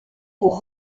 pour